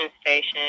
station